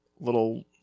little